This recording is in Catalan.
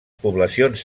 poblacions